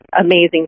amazing